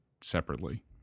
separately